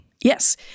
Yes